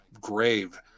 grave